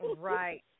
Right